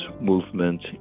movement